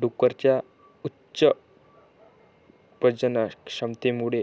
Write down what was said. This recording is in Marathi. डुकरांच्या उच्च प्रजननक्षमतेमुळे